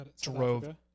drove